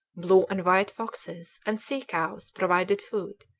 blue and white foxes, and sea-cows provided food,